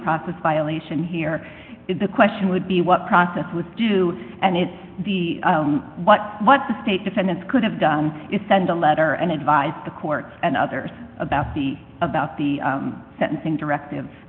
process violation here the question would be what process would do and it's the what what the state defendants could have done is send a letter and advise the court and others about the about the sentencing directive